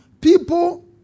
people